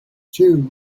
two